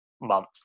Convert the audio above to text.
month